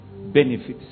benefits